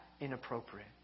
inappropriate